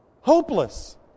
Hopeless